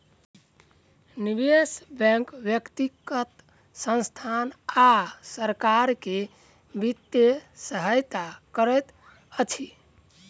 निवेश बैंक व्यक्तिगत संसथान आ सरकार के वित्तीय सहायता करैत अछि